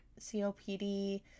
COPD